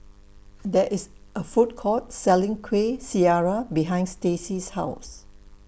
There IS A Food Court Selling Kueh Syara behind Stacy's House